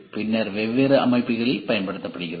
பின்னர் வெவ்வேறு அமைப்புகளில் பயன்படுத்தப்படுகிறது